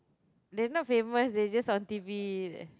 they are not famous they just on T_V